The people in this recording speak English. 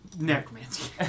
necromancy